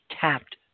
tapped